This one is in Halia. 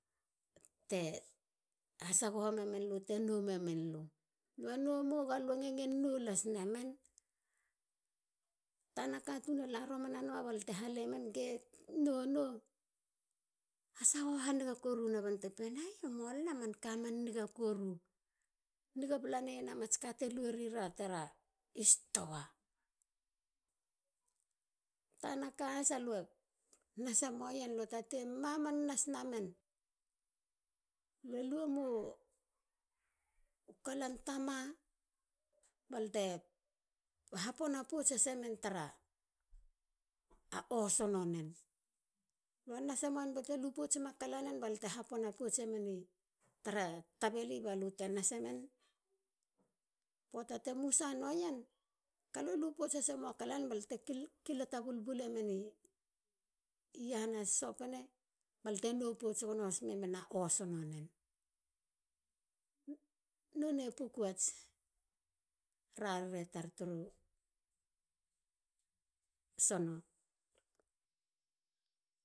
Te hasagomo te nou memuen alu. lue nou mo galue nge ngen nou lasemen. tana katun na la nama romana balte halemen. ge nou no. hasago hanigantuan nuen. bante pee no. banei te pena no. ay. mualen a manka man niga koru. Niga balan na mats ka te lue ri ra i stoa. tana ka has lue nasemoen. lue taten maman nas namen. lue luemu kalan tama balte ha pona pouts hasemen turu osono nen. lue nasem muen balte lospoutsema kalanen balte ha pona poutsemen i tara tabeli balute nas emen. Poata te musa nuen. galue lu potsemu kalanen ba lu te kilata. bul bulemen i iahana sosopene balte nou pouts memen a osono nen. Nonei puku ats rarere tar turu sono.